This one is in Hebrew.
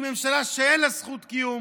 זו ממשלה שאין לה זכות קיום.